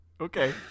Okay